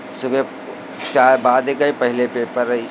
सुबह चाय बाद में गई पहले पेपर आई